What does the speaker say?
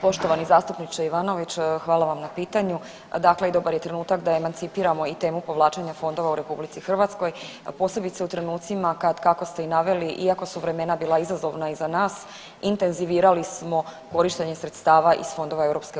Poštovani zastupniče Ivanović hvala vam na pitanju, dakle i dobar je trenutak da emancipiramo i temu povlačenja fondova u RH, a posebice u trenucima kad kako ste i naveli iako su vremena bila izazovna iza nas intenzivirali smo korištenje sredstava iz fondova EU.